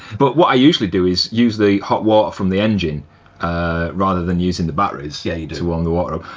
but what i usually do is use the hot water from the engine rather than using the batteries yeah to warm the water up.